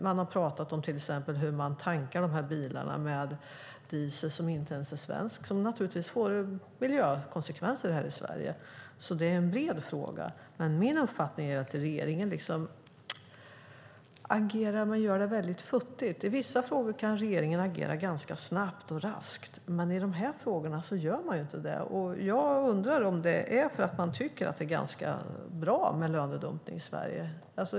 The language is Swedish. Man har till exempel pratat om hur man tankar dessa bilar med diesel som inte ens är svensk, vilket naturligtvis får miljökonsekvenser här i Sverige. Det är alltså en bred fråga, men min uppfattning är att regeringen agerar väldigt futtigt. I vissa frågor kan regeringen agera ganska snabbt och raskt, men i de här frågorna gör man inte det. Jag undrar om det är för att man tycker att det är ganska bra med lönedumpning i Sverige.